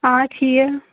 آ ٹھیک